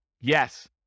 Yes